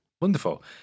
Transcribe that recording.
Wonderful